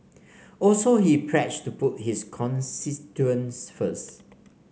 also he pledged to put his constituents first